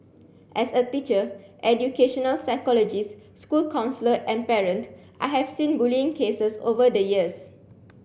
as a teacher educational psychologist school counsellor and parent I have seen bullying cases over the years